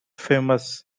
famous